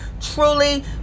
Truly